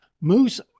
Moose